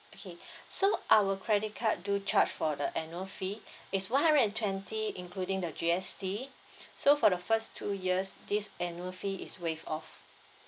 okay so our credit card do charge for the annual fee it's one hundred and twenty including the G_S_T so for the first two years this annual fee is waive off